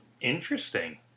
Interesting